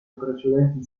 precedenti